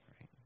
right